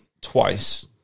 twice